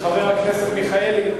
חבר הכנסת מיכאלי,